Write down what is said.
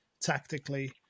tactically